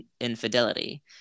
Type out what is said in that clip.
infidelity